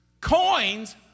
coins